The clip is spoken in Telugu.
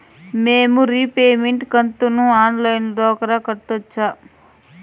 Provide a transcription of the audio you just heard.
మేము రీపేమెంట్ కంతును ఆన్ లైను ద్వారా కట్టొచ్చా